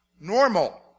Normal